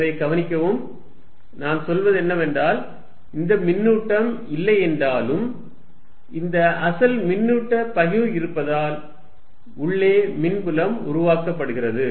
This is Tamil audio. எனவே கவனிக்கவும் நாங்கள் சொல்வது என்னவென்றால் இந்த மின்னூட்டம் இல்லை என்றாலும் இந்த அசல் மின்னூட்ட பகிர்வு இருப்பதால் உள்ளே மின்புலம் உருவாக்கப்படுகிறது